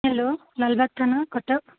hello Lalbagh ଥାନା କଟକ